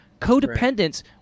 Codependence